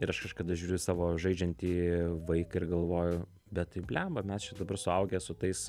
ir aš kažkada žiūriu savo žaidžiantį vaiką ir galvoju bet tai blemba mes čia dabar suaugę su tais